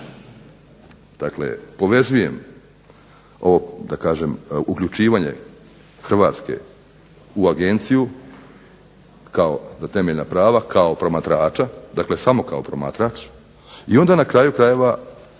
Dakle, povezujem ovo uključivanje Hrvatske u Agenciju za temeljna prava kao promatrača, dakle samo kao promatrač i onda na kraju krajeva